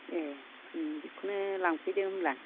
ए बेखौनो लांफैदो होनब्ला